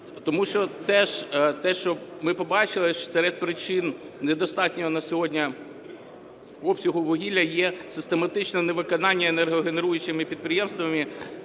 Тому що те, що ми побачили, що серед причин недостатнього на сьогодні обсягу вугілля є систематичне невиконання енергогенеруючими підприємствами